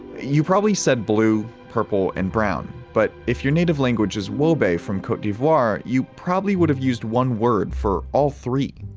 you probably said blue, purple, and brown but if your native language is wobe from cote d'ivoire, you probably would have used one word for all three.